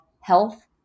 health